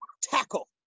tackle